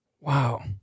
Wow